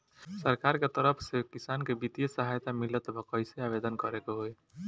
सरकार के तरफ से किसान के बितिय सहायता मिलत बा कइसे आवेदन करे के होई?